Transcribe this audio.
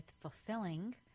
fulfilling